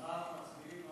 על מה אנחנו מצביעים,